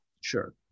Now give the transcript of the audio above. Sure